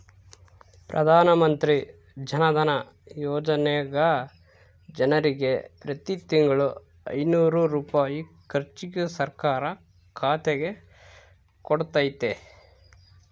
ಪ್ರಧಾನಮಂತ್ರಿ ಜನಧನ ಯೋಜನೆಗ ಜನರಿಗೆ ಪ್ರತಿ ತಿಂಗಳು ಐನೂರು ರೂಪಾಯಿ ಖರ್ಚಿಗೆ ಸರ್ಕಾರ ಖಾತೆಗೆ ಕೊಡುತ್ತತೆ